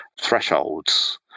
thresholds